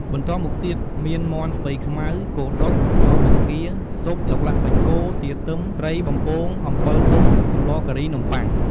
បន្ទាប់មកទៀត មានមាន់ស្ពៃខ្មៅ គោដុត ញាំបង្គា ស៊ុប ឡូឡាក់សាច់គោ ទាទឹម ត្រីបំពងអំបិសទុំ សម្លរការីនំប័ុង។